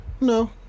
No